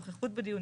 נוכחות בדיון,